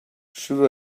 should